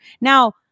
Now